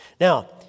Now